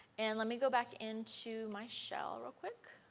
and let me go back into my shell real quick.